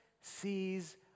sees